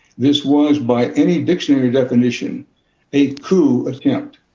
this was by any dictionary definition a coup attempt,